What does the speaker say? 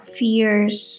fears